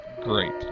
great